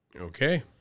Okay